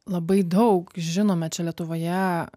labai daug žinome čia lietuvoje